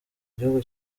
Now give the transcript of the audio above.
gihugu